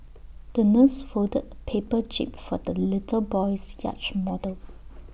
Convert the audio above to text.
the nurse folded A paper jib for the little boy's yacht model